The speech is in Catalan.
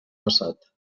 passat